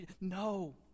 No